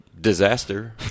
disaster